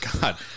God